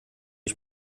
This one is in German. ich